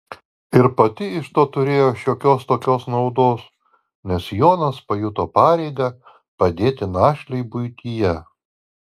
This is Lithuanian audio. ir pati iš to turėjo šiokios tokios naudos nes jonas pajuto pareigą padėti našlei buityje